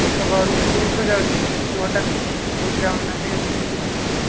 ସେ ତ ଘରୁ ସ୍କୁଲ୍ କୁ ଯାଉଛି କିନ୍ତୁ ହଠାତ୍ ସ୍କୁଲ୍ ଯାଉନାହାନ୍ତି ଆଜି କେମିତି ମୁଁ ଶୁଣିଲି